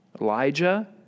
Elijah